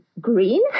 green